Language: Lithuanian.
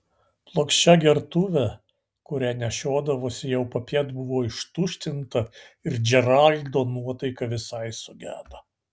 plokščia gertuvė kurią nešiodavosi jau popiet buvo ištuštinta ir džeraldo nuotaika visai sugedo